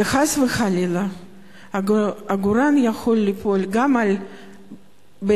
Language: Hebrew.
וחס וחלילה עגורן יכול ליפול גם על בית-ספר,